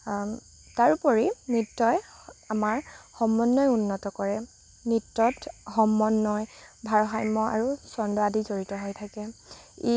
তাৰোপৰি নৃত্যই আমাৰ সমন্বয় উন্নত কৰে নৃত্যত সমন্বয় ভাৰসাম্য আৰু ছন্দ আদি জড়িত হৈ থাকে